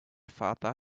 father